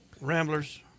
Ramblers